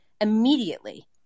immediately